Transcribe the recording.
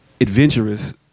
adventurous